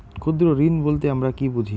ক্ষুদ্র ঋণ বলতে আমরা কি বুঝি?